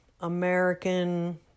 American